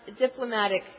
diplomatic